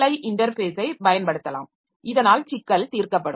ஐ இன்டர்ஃபேஸை பயன்படுத்தலாம் இதனால் சிக்கல் தீர்க்கப்படும்